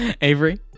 Avery